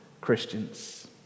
Christians